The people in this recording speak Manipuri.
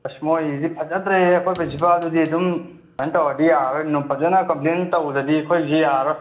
ꯑꯁ ꯃꯣꯏꯁꯤꯗꯤ ꯐꯖꯗ꯭ꯔꯦꯍꯦ ꯑꯩꯈꯣꯏ ꯄ꯭ꯔꯤꯟꯁꯤꯄꯥꯜꯗꯨꯗꯤ ꯑꯗꯨꯝ ꯑꯗꯨꯃꯥꯏꯅ ꯇꯧꯔꯗꯤ ꯌꯥꯔꯔꯣꯏ ꯐꯖꯅ ꯀꯝꯄ꯭ꯂꯦꯟ ꯇꯧꯗ꯭ꯔꯗꯤ ꯑꯩꯈꯣꯏꯁꯤ ꯌꯥꯔꯔꯣꯏ